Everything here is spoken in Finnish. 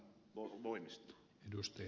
arvoisa puhemies